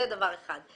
זה דבר אחד.